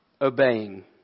obeying